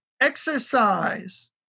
exercise